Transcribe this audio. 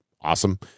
awesome